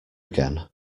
again